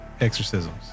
exorcisms